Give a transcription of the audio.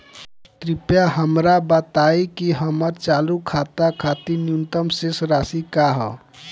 कृपया हमरा बताइं कि हमर चालू खाता खातिर न्यूनतम शेष राशि का ह